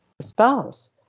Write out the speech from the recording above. spouse